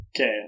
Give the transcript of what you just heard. Okay